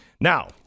Now